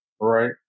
right